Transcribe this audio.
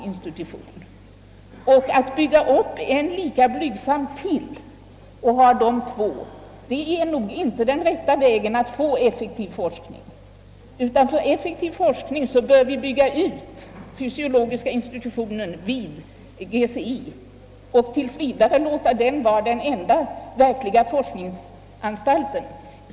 Att bygga upp ytterligare en lika blygsam institution, är nog inte det rätta sättet att åstadkomma en effektiv forskning. Vi bör i stället bygga ut fysiologiska institutionen vid GCI och tills vidare låta den vara den enda verkliga forskningsanstalten.